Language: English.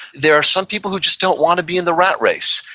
there are some people who just don't want to be in the rat race.